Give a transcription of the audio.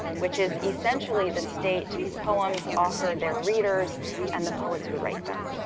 which is essentially the state poems offer their readers and the poets who write them.